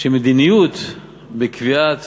שמדיניות בקביעת